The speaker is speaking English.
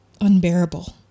unbearable